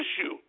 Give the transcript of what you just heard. issue